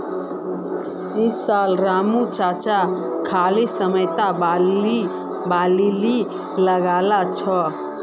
इस साल रामू चाचा खाली समयत बार्ली लगाल छ